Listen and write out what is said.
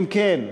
אם כן,